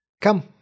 Come